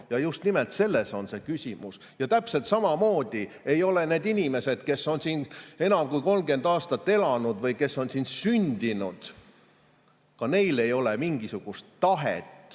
ja just nimelt selles on küsimus. Ja täpselt samamoodi ei ole nendel inimestel, kes on siin enam kui 30 aastat elanud või kes on siin sündinud, mingisugust tahet